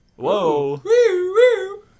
Whoa